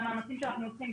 יכול להתייחס לכך,